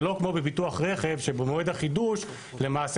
זה לא כמו בביטוח רכב שבמועד החידוש למעשה